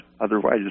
Otherwise